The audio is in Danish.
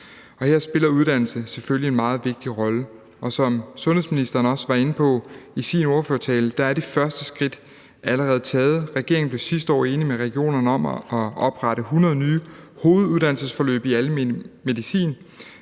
her spiller uddannelse selvfølgelig en meget vigtig rolle, og som sundhedsministeren også var inde på i sin tale, er det første skridt allerede taget. Regeringen blev sidste år enig med Danske Regioner om at oprette 100 nye hoveduddannelsesforløb i almen